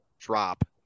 Drop